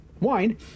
wine